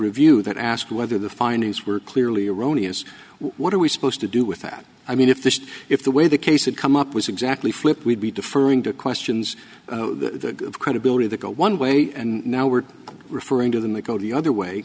review that asked whether the findings were clearly erroneous what are we supposed to do with that i mean if this if the way the case had come up was exactly flip we'd be deferring to questions the credibility that go one way and now we're referring to them that go to the other way